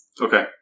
Okay